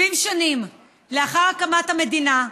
70 שנים לאחר הקמת המדינה,